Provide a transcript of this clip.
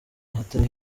ahatari